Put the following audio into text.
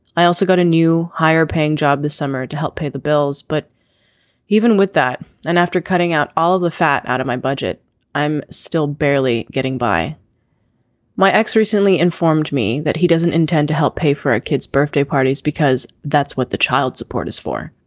i also got a new higher paying job this summer to help pay the bills. but even with that and after cutting out all the fat out of my budget i'm still barely getting by my ex recently informed me that he doesn't intend to help pay for a kid's birthday parties because that's what the child support is for.